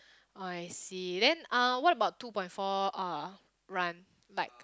oh I see then uh what about two point four uh run like